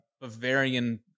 Bavarian